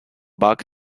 back